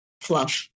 fluff